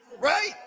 Right